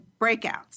breakouts